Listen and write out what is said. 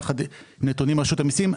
יחד עם נתונים של רשות המיסים.